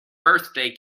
birthday